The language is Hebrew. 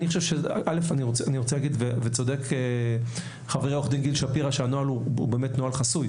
אני רוצה לומר שצודק חברי גיל שפירא שאמר שהנוהל הוא באמת נוהל חסוי.